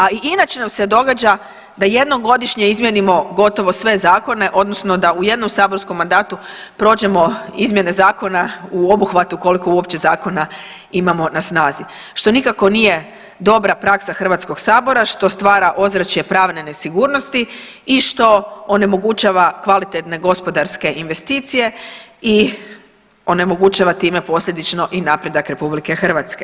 A i inače nam se događa da jednom godišnje izmijenimo gotovo sve zakone odnosno da u jednom saborskom mandatu prođemo izmjene zakona u obuhvatu koliko uopće zakona imamo na snazi, što nikako nije dobra praksa HS-a što stvara ozračje pravne nesigurnosti i što onemogućava kvalitetne gospodarske investicije i onemogućava time posljedično i napredak RH.